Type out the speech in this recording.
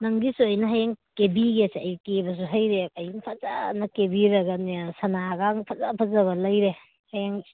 ꯅꯪꯒꯤꯁꯨ ꯑꯩꯅ ꯍꯌꯦꯡ ꯀꯦꯕꯤꯒꯦꯁꯦ ꯑꯩ ꯀꯦꯕꯁꯨ ꯍꯩꯔꯦ ꯑꯩꯅ ꯐꯖꯅ ꯀꯦꯕꯤꯔꯒꯅꯦ ꯁꯅꯥꯒꯥꯡ ꯐꯖ ꯐꯖꯕ ꯂꯩꯔꯦ ꯍꯌꯦꯡ